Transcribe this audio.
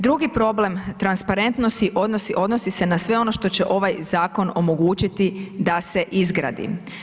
Drugi problem transparentnosti odnosi se na sve ono što će ovaj zakon omogućiti da se izgradi.